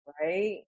Right